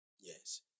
Yes